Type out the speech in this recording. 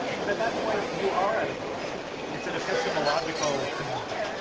and at that point, you are at a loss. it's an epistemological conundrum.